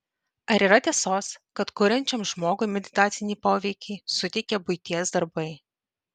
ar yra tiesos kad kuriančiam žmogui meditacinį poveikį suteikia buities darbai